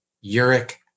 uric